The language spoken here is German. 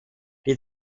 die